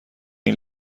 این